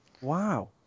Wow